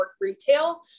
retail